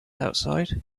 outside